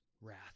wrath